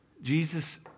Jesus